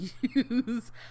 use